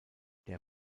der